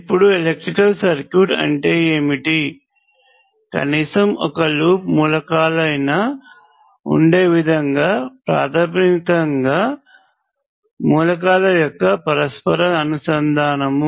ఇప్పుడు electrical circuit అంటే ఏమిటి కనీసం ఒక లూప్ మూలకాలైనా వుండే విధంగా ప్రాథమికంగా మూలకాల యొక్క పరస్పర అనుసంధానం